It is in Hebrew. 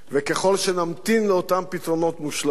ככל שנמתין לאותם פתרונות מושלמים,